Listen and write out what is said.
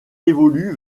évolue